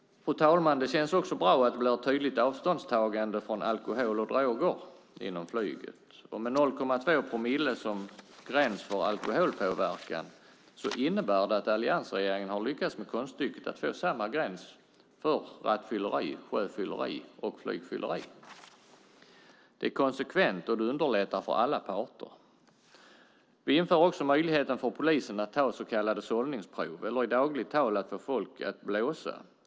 Fru talman! Det känns också bra att det blir ett tydligt avståndstagande från alkohol och droger inom flyget. 0,2 promille som gräns för alkoholpåverkan innebär att alliansregeringen har lyckats med konststycket att få samma gräns för rattfylleri, sjöfylleri och flygfylleri. Det är konsekvent, och det underlättar för alla parter. Vi inför också möjlighet för polisen att ta så kallade sållningsprov, eller i dagligt tal att få folk att blåsa.